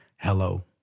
hello